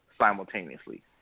simultaneously